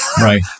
Right